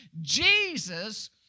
Jesus